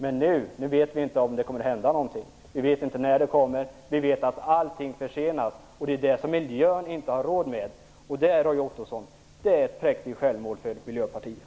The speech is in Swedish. Men nu vet vi inte om det kommer att hända någonting. Vi vet inte när det kommer ett förslag. Vi vet att allting försenas. Det har miljön inte råd med. Det, Roy Ottosson, är ett präktigt självmål från Miljöpartiet.